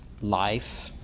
life